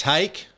Take